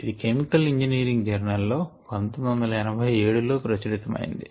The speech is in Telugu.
ఇది కెమికల్ ఇంజినీరింగ్ జర్నల్ లో 1987 లో ప్రచురితమైనది